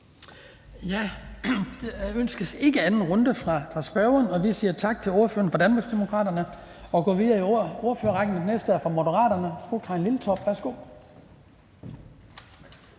ikke et ønske om den anden runde fra spørgerens side, så vi siger tak til ordføreren for Danmarksdemokraterne og går videre i ordførerrækken. Den næste er fru Karin Liltorp fra